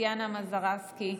טטיאנה מזרסקי,